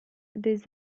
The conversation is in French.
des